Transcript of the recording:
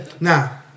Now